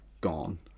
gone